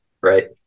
Right